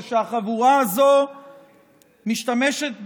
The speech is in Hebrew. זה שהחבורה הזו משתמשת במילים: